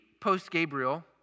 post-Gabriel